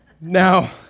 Now